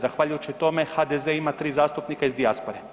Zahvaljujući tome HDZ ima tri zastupnika iz dijaspore.